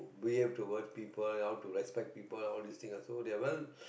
behave towards people how to respect people all these things ah so they are well